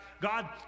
God